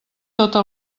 tota